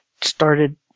started